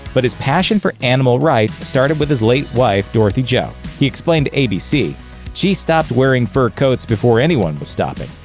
but his passion for animal rights started with his late wife, dorothy jo. he explained to abc she stopped wearing fur coats before anyone was stopping.